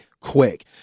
quick